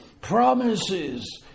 promises